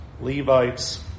Levites